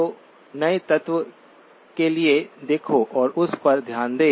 तो नए तत्व के लिए देखो और उस पर ध्यान दें